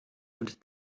und